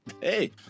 hey